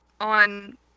on